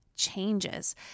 changes